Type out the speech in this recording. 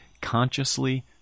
consciously